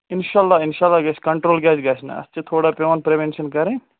اِنشاء اللہ اِنشاء اللہ گژھِ کَنٛٹرٛول کیٛازِ گژھنہٕ اَتھ چھِ تھوڑا پٮ۪وان پِرٛوٮ۪نشَن کرٕنۍ